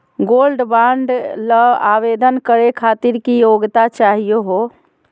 Gold bond ल आवेदन करे खातीर की योग्यता चाहियो हो?